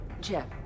Jeff